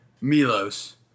Milos